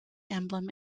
emblem